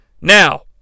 Now